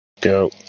Go